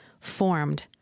formed